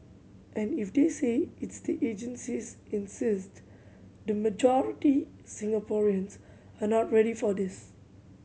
and if they say its the agencies insist the majority Singaporeans are not ready for this